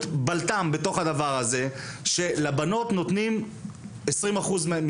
כל הדברים שאנחנו דיברנו והעלינו לפני זה ואתם העליתם,